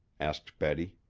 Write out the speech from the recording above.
asked betty.